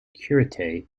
curate